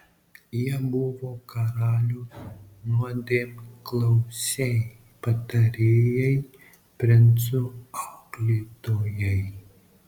jie buvo karalių nuodėmklausiai patarėjai princų auklėtojai